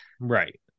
Right